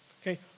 Okay